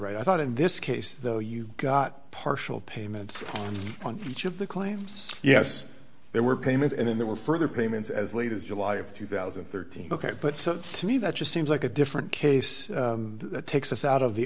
right i thought in this case though you got partial payment on each of the claims yes there were payments and then there were further payments as late as july of two thousand and thirteen ok but to me that just seems like a different case that takes us out of the